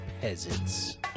peasants